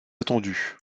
attendue